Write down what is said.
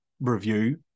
review